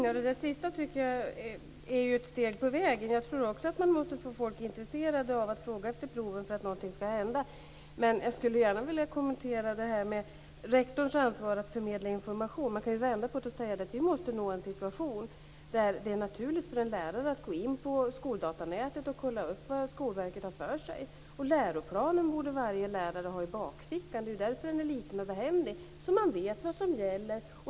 Fru talman! Det sista tycker jag är ett steg på vägen. Jag tror också att man måste få folk intresserade av att fråga efter proven för att något skall hända. Jag skulle gärna vilja kommentera det här med rektors ansvar för att förmedla information. Man kan ju vända på det och säga: Vi måste nå en situation där det är naturligt för en lärare att gå in på skoldatanätet och kolla upp vad Skolverket har för sig. Läroplanen borde varje lärare ha i bakfickan - det är ju därför den är liten och behändig - så att man vet vad som gäller.